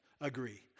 agree